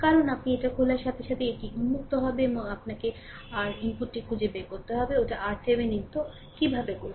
কারণ আপনি এটি খোলার সাথে সাথেই এটি উন্মুক্ত হবে এবং আপনাকে R ইনপুটটি খুঁজে বের করতে হবে ওটা RThevenin তো কীভাবে করবে